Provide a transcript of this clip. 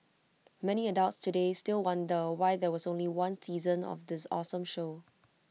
many adults today still wonder why there was only one season of this awesome show